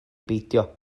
beidio